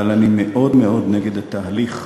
אבל אני מאוד מאוד נגד התהליך,